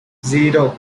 zero